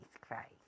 Christ